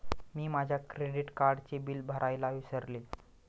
मी माझ्या क्रेडिट कार्डचे बिल भरायला विसरले